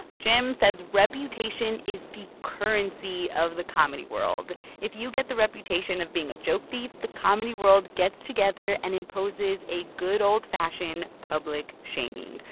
jim says reputation is the currency of the comedy world. if you get the reputation of being a joke thief, the comedy world gets together and imposes a good, old-fashioned public shaming.